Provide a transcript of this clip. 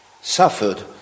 suffered